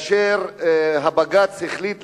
הבג"ץ החליט,